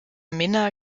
minna